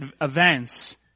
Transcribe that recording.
events